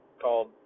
called